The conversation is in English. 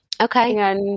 Okay